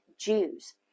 Jews